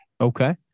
Okay